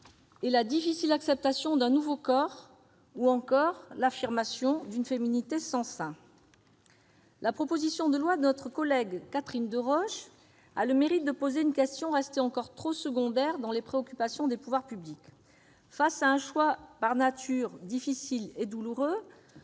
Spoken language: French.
et la difficile acceptation d'un nouveau corps, ou encore l'affirmation d'une féminité sans sein. La proposition de loi de notre collègue Catherine Deroche a le mérite de poser une question restée encore trop secondaire dans les préoccupations des pouvoirs publics : face à un choix par nature difficile et douloureux,